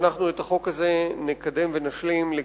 שאנחנו נקדם את החוק הזה ונשלים אותו